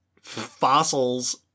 fossils